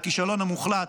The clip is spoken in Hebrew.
הכישלון המוחלט,